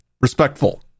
respectful